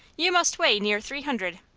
you must weigh near three hundred.